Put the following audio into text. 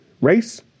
race